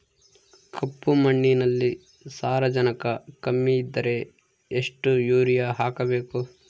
ಕಪ್ಪು ಮಣ್ಣಿನಲ್ಲಿ ಸಾರಜನಕ ಕಮ್ಮಿ ಇದ್ದರೆ ಎಷ್ಟು ಯೂರಿಯಾ ಹಾಕಬೇಕು?